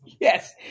Yes